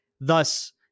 Thus